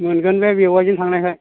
मोनगोनबे बेवाइजों थांनायखाय